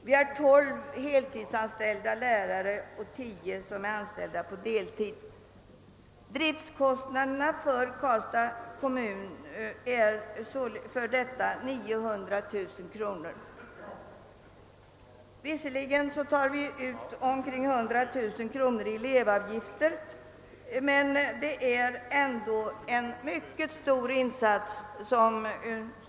Vi har tolv heltidsanställda lärare och tio som är anställda på deltid. Driftkostnaderna för Karlstad är 900 000 kronor per år. Visserligen tar vi in omkring 100 000 kronor i elevavgifter, men staden måste ändå göra en mycket stor insats.